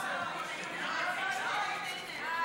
אדוני היושב-ראש, שנייה.